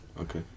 okay